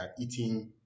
eating